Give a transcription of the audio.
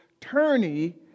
Turney